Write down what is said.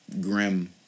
grim